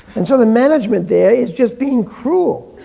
and so the management there is just being cruel.